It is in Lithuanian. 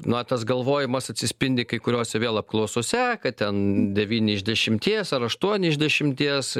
na tas galvojimas atsispindi kai kuriose vėl apklausose kad ten devyni iš dešimties ar aštuoni iš dešimties